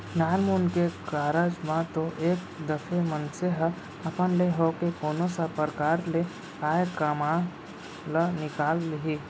नानमुन के कारज म तो एक दफे मनसे ह अपन ले होके कोनो परकार ले आय काम ल निकाल लिही